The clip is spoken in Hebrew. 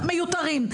מיותרים.